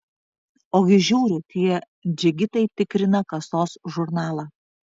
ogi žiūriu tie džigitai tikrina kasos žurnalą